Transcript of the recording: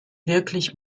wirklich